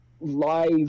live